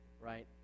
right